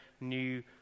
new